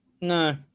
No